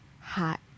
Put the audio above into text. hot